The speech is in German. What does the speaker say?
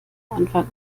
anfang